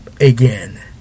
again